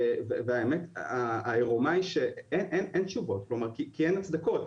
ואין תשובות כי אין הצדקות.